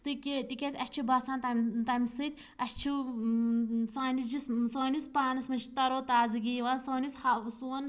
تہٕ کہِ تِکیٛازِ اسہِ چھُ باسان تَمہِ سۭتۍ اسہِ چھُ سانہٕ جسمہٕ سٲنِس پانَس منٛز چھِ تر و تازگی یوان سٲنَس حا سون